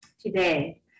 Today